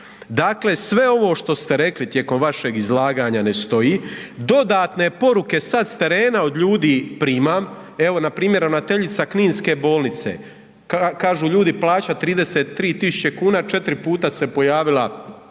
Dakle, sve ovo što ste rekli tijekom vašeg izlaganja ne stoji, dodatne poruke sad s terena od ljudi primam, evo npr. ravnateljica kninske bolnice, kažu ljudi plaća 33.000,00 kn, 4 puta se pojavila u